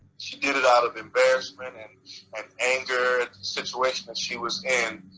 she did it out of embarrassment and and anger at situation that she was in.